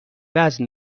وزن